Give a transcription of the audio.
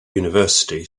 university